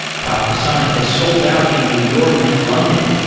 kafka summit has sold out in new york and london,